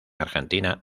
argentina